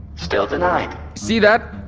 still denied see that?